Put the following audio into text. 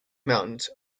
mountains